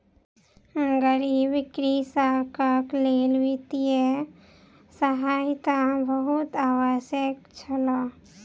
गरीब कृषकक लेल वित्तीय सहायता बहुत आवश्यक छल